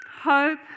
Hope